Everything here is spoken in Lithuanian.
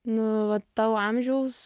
nu va tavo amžiaus